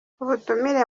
ubutumire